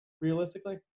realistically